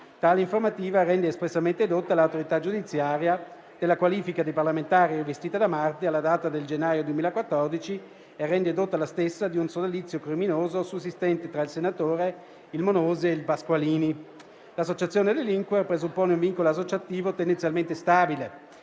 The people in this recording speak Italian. Tale informativa rende espressamente edotta l'autorità giudiziaria della qualifica di parlamentare investita da Marti alla data del gennaio 2014 e rende edotta la stessa di un sodalizio criminoso sussistente tra il senatore, il Monosi e il Pasqualini. L'associazione a delinquere presuppone un vincolo associativo tendenzialmente stabile